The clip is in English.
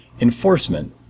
enforcement